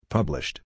Published